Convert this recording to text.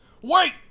Wait